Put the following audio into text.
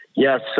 Yes